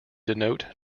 denote